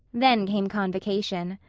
then came convocation.